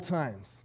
times